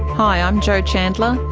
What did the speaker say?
hi, i'm jo chandler,